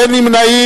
אין נמנעים.